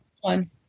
One